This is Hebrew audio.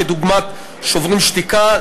כדוגמת "שוברים שתיקה",